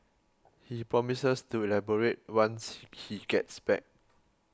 he promises to elaborate once he gets back